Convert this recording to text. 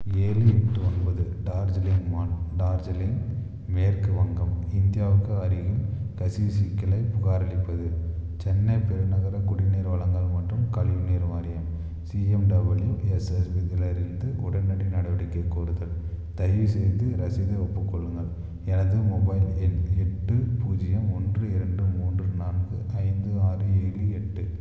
ஏழு எட்டு ஒன்பது டார்ஜிலிங் மான் டார்ஜிலிங் மேற்கு வங்கம் இந்தியாவுக்கு அருகில் கசிவு சிக்கலைப் புகாரளிப்பது சென்னைப் பெருநகர குடிநீர் வழங்கல் மற்றும் கழிவுநீர் வாரியம் சிஎம்டபள்யூஎஸ்எஸ்பிலிருந்து உடனடி நடவடிக்கையைக் கோருதல் தயவு செய்து ரசீதை ஒப்புக் கொள்ளுங்கள் எனது மொபைல் எண் எட்டு பூஜ்ஜியம் ஒன்று இரண்டு மூன்று நான்கு ஐந்து ஆறு ஏழு எட்டு